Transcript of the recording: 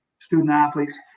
student-athletes